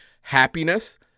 happiness